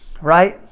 right